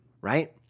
right